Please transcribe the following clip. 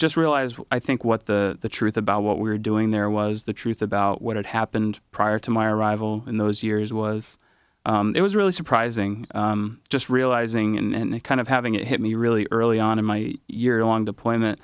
just realized i think what the truth about what we're doing there was the truth about what had happened prior to my arrival in those years was it was really surprising just realizing and kind of having it hit me really early on in my year long deployment